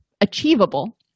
achievable